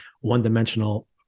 one-dimensional